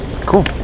Cool